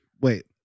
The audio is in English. wait